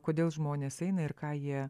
kodėl žmonės eina ir ką jie